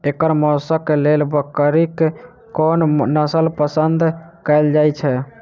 एकर मौशक लेल बकरीक कोन नसल पसंद कैल जाइ छै?